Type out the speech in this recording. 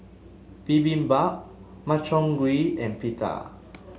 Bibimbap Makchang Gui and Pita